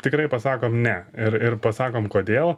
tikrai pasakom ne ir ir pasakom kodėl